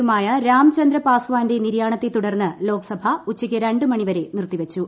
യുമായ രാംചന്ദ്ര പാസ്വാന്റെ നിര്യാണത്തെ തുടർന്ന് ലോക്സഭ ഉച്ചയ്ക്ക് രണ്ട് മണിവരെ നിർത്തിവച്ചു